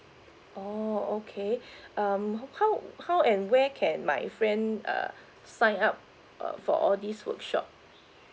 oh okay um how how and where can my friend uh sign up uh for all these workshop